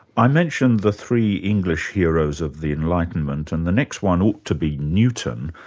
i mentioned the three english heroes of the enlightenment and the next one ought to be newton,